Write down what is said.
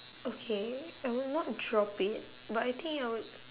okay I will not drop it but I think I would